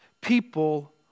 People